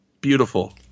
beautiful